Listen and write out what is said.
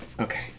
Okay